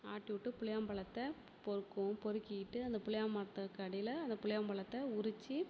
ஆட்டி விட்டு புளியாம் பழத்த பொறுக்குவோம் பொறுக்கிக்கிட்டு அந்த புளியாமரத்துக்கு அடியில் அந்த புளியாம் பழத்த உரிச்சு